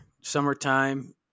summertime